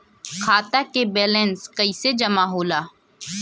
खाता के वैंलेस कइसे जमा होला?